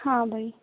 ਹਾਂ ਬਈ